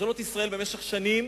ממשלות ישראל במשך שנים